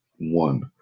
one